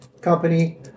company